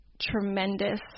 tremendous